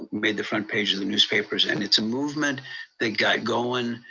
ah made the front page of the newspapers. and it's a movement that got going,